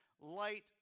light